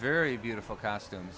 very beautiful costumes